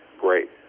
great